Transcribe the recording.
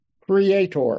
Creator